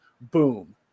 Boom